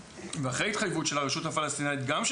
ואחרי התחייבות של הרשות הפלסטינאית גם של